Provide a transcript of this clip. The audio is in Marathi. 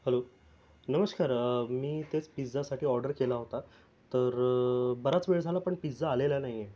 हॅलो नमस्कार मी तेच पिझ्झासाठी ऑर्डर केला होता तर बराच वेळ झाला पण पिझ्झा आलेला नाही आहे